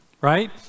right